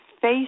face